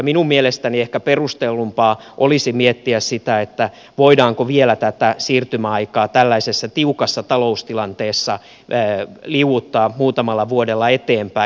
minun mielestäni ehkä perustellumpaa olisi miettiä sitä voidaanko vielä tätä siirtymäaikaa tällaisessa tiukassa taloustilanteessa liu uttaa muutamalla vuodella eteenpäin